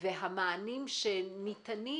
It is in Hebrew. והמענים שניתנים,